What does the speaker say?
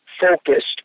focused